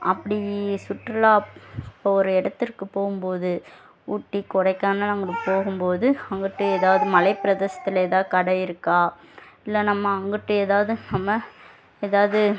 அப்படி சுற்றுலா இப்போ ஒரு இடத்திற்கு போகும் போது ஊட்டி கொடைக்கானல் அங்கிட்டு போகும் போது அங்கிட்டு எதாவது மலை பிரேதஷத்தில் எதாவது கடை இருக்கா இல்லை நம்ம அங்கிட்டு எதாவது நம்ம எதாவது